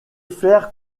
faire